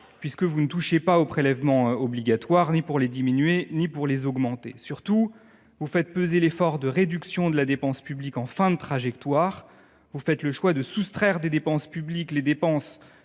publique : vous ne touchez pas aux prélèvements obligatoires, ni pour les diminuer ni pour les augmenter. Surtout, vous faites peser l’effort de réduction de la dépense publique en fin de trajectoire. Vous faites le choix de soustraire des dépenses publiques celles